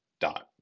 dot